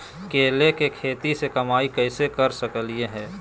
केले के खेती से कमाई कैसे कर सकय हयय?